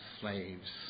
slaves